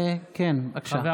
בבקשה.